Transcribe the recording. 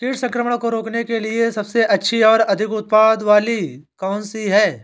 कीट संक्रमण को रोकने के लिए सबसे अच्छी और अधिक उत्पाद वाली दवा कौन सी है?